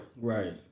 Right